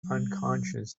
unconscious